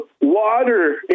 water